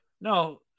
No